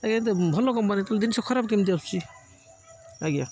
ଆଜ୍ଞା ଏ ଭଲ କମ୍ପାନୀ ତ ଜିନିଷ ଖରାପ କେମିତି ଆସୁଛି ଆଜ୍ଞା